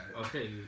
Okay